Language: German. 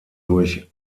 durch